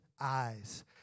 eyes